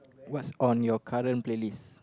what's on your current playlist